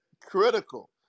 critical